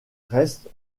reste